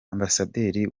ambasaderi